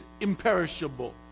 imperishable